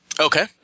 Okay